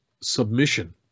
submission